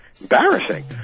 embarrassing